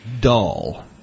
dull